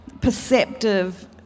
perceptive